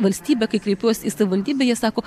valstybę kai kreipiuosi į savivaldybę jie sako